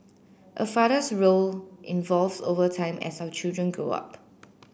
a father's role evolves over time as our children grow up